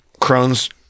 Crohn's